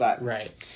Right